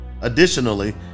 Additionally